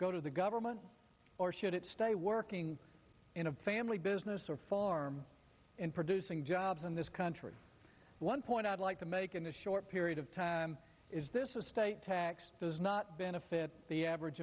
go to the government or should it stay working in a family business or farm in producing jobs in this country one point i'd like to make in a short period of time is this estate tax does not benefit the average